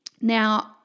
Now